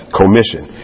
commission